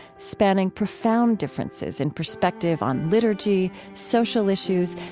spanning profound differences in perspective on liturgy, social issues,